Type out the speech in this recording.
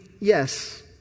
Yes